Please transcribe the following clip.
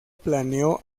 planeó